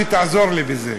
שתעזור לי בזה.